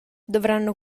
dovranno